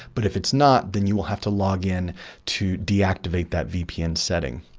but if it's not, then you will have to log in to deactivate that vpn setting.